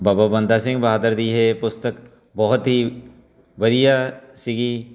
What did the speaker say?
ਬਾਬਾ ਬੰਦਾ ਸਿੰਘ ਬਹਾਦਰ ਦੀ ਇਹ ਪੁਸਤਕ ਬਹੁਤ ਹੀ ਵਧੀਆ ਸੀਗੀ